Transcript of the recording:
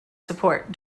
support